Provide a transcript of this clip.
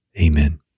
Amen